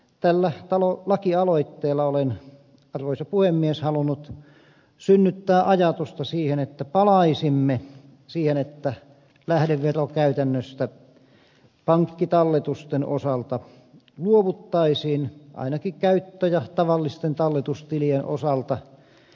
tällä lakialoitteella olen arvoisa puhemies halunnut synnyttää ajatusta että palaisimme siihen että lähdeverokäytännöstä pankkitalletusten osalta luovuttaisiin ainakin käyttö ja tavallisten talletustilien osalta